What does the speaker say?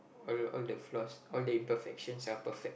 all all the flaws all the imperfections are perfect